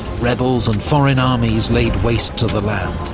rebels and foreign armies laid waste to the land,